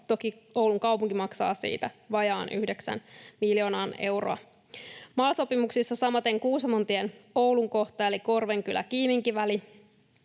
Toki Oulun kaupunki maksaa siitä vajaan yhdeksän miljoonaa euroa. MAL-sopimuksissa samaten Kuusamontien Oulun kohtaan eli Korvenkylä—Kiiminkivälille